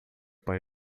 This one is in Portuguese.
pai